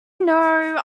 know